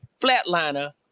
Flatliner